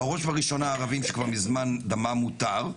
בראש וראשונה הערבים שכבר מזמן דמם מותר,